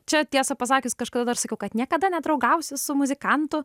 čia tiesą pasakius kažkada dar sakiau kad niekada nedraugausiu su muzikantu